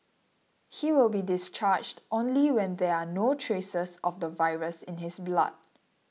he will be discharged only when there are no traces of the virus in his blood